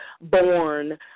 born